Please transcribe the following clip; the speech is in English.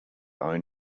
own